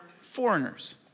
foreigners